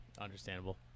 Understandable